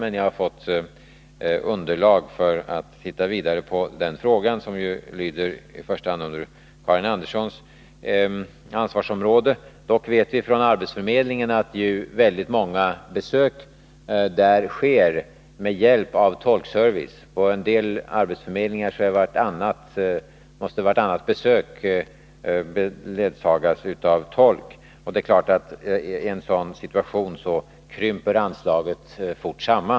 Men jag har fått underlag för att titta närmare på den frågan, som ju i första hand faller under Karin Anderssons ansvarsområde. Dock vet vi från arbetsförmedlingarna att väldigt många besök där sker Nr 80 med hjälp av tolkservice. På en del arbetsförmedlingar måste varannan Måndagen den besökande ledsagas av tolk. Det är klart att anslaget i en sådan situation fort 15 februari 1982 krymper samman.